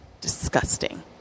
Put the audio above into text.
Disgusting